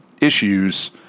issues